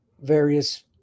various –